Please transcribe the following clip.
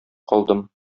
калдым